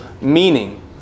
meaning